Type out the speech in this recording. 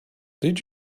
did